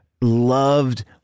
loved